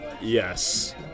yes